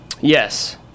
Yes